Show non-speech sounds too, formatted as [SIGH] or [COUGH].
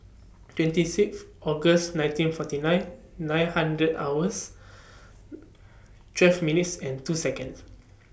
twenty Sixth August nineteen forty nine nine hundred hours [NOISE] twelve minutes and two Seconds